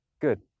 good